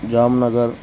Jamnagar